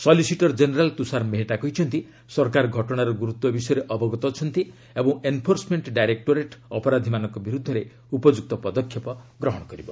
solicitor general Tushar Mehta କହିଛନ୍ତି ସରକାର ଘଟଣାର ଗୁରୁତ୍ୱ ବିଷୟରେ ଅବଗତ ଅଛନ୍ତି ଓ ଏନ୍ଫୋର୍ସମେଣ୍ଟ ଡାଇରେକ୍ଟୋରେଟ୍ ଅପରାଧିମାନଙ୍କ ବିରୁଦ୍ଧରେ ଉପଯୁକ୍ତ ପଦକ୍ଷେପ ଗ୍ରହଣ କରିବ